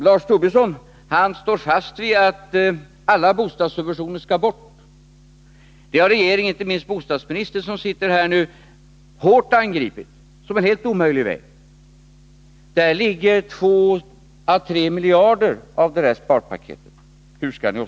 Lars Tobisson står fast vid att alla bostadssubventioner skall bort. Det har regeringen — inte minst bostadsministern, som sitter här nu — hårt angripit som en helt omöjlig väg. Där ligger 2 å 3 miljarder av sparpaketet.